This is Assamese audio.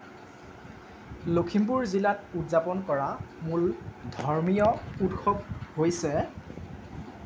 লখিমপুৰ জিলাত উদযাপন কৰা মূল ধৰ্মীয় উৎসৱ হৈছে